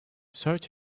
search